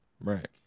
Right